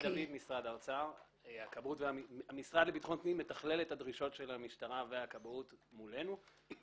המשרד לביטחון פנים מתכלל את הדרישות של המשטרה והכבאות מול משרד האוצר.